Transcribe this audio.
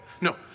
No